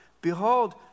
Behold